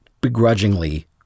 begrudgingly